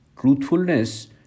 Truthfulness